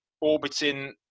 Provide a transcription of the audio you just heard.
orbiting